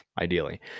ideally